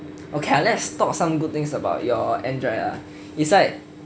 okay lah let's talk some good things about your android lah it's like